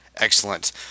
Excellent